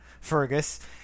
Fergus